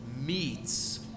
meets